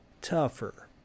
tougher